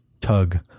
tug